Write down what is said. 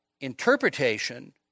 interpretation